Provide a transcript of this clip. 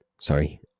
sorry